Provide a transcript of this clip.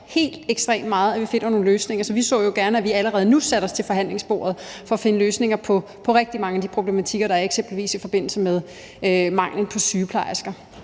helt ekstremt meget, at vi finder nogle løsninger. Så vi så jo meget gerne, at vi allerede nu satte os ved forhandlingsbordet for at finde løsninger på rigtig mange af de problematikker, der er, eksempelvis i forbindelse med manglen på sygeplejersker.